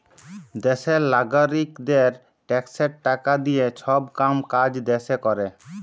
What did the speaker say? দ্যাশের লাগারিকদের ট্যাক্সের টাকা দিঁয়ে ছব কাম কাজ দ্যাশে ক্যরে